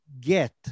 get